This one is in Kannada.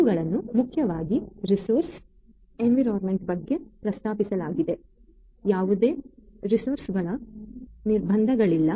ಇವುಗಳನ್ನು ಮುಖ್ಯವಾಗಿ ರಿಸೋರ್ಸ್ ಎನ್ವಿರಾನ್ಮೆಂಟ್ ಬಗ್ಗೆ ಪ್ರಸ್ತಾಪಿಸಲಾಗಿದೆ ಆದ್ದರಿಂದ ಯಾವುದೇ ರೆಸೋರ್ಸ್ನಗಳ ನಿರ್ಬಂಧಗಳಿಲ್ಲ